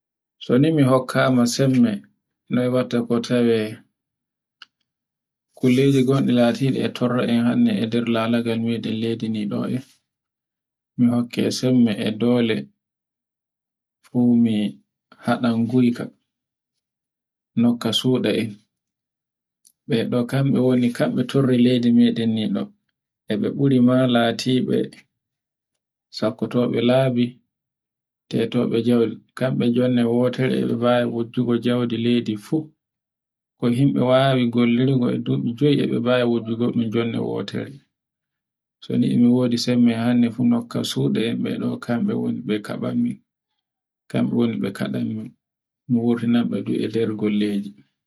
So ni mi hokkama sembe noy un watta kotoye koliji gonlde latiji e kotoye mi hokke sembe e dole, fu mi hadan guika nokka suda en. Mbe don kambe woni, kambe torre leydi meden nini to e be buri ma latibe sakkobe labi, tetobe jew, kambe jewnde wotore mbebawai wotere wujjugo jawli leydi fu ke himbe wawi wallirgo e leydi fu jonde wotore. so ni mi wodi sembe hanne fu nokka sudere kanbe woni be kabanmi mi wurtinabe e nder gollebe.